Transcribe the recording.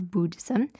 Buddhism